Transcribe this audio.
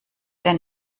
der